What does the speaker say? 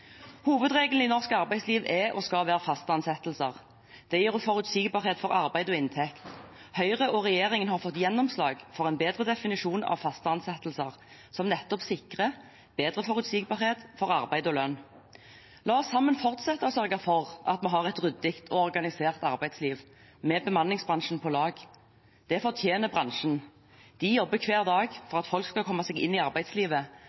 Hovedregelen i norsk arbeidsliv er og skal være faste ansettelser. Det gir forutsigbarhet for arbeid og inntekt. Høyre og regjeringen har fått gjennomslag for en bedre definisjon av faste ansettelser, som nettopp sikrer bedre forutsigbarhet for arbeid og lønn. La oss sammen fortsette å sørge for at vi har et ryddig og organisert arbeidsliv med bemanningsbransjen på laget. Det fortjener bransjen. De jobber hver dag for at folk skal komme seg inn i arbeidslivet,